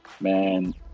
Man